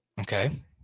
Okay